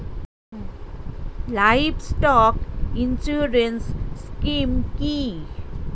Livestock insurance scheme কি?